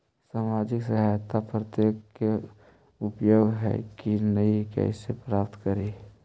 सामाजिक सहायता प्राप्त के योग्य हई कि नहीं कैसे पता करी?